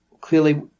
clearly